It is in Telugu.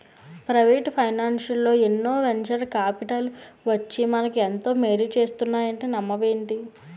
ప్రవేటు ఫైనాన్సల్లో ఎన్నో వెంచర్ కాపిటల్లు వచ్చి మనకు ఎంతో మేలు చేస్తున్నాయంటే నమ్మవేంటి?